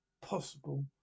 possible